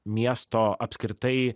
miesto apskritai